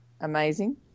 amazing